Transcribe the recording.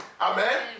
Amen